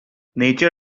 nature